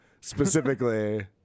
specifically